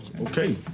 Okay